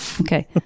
Okay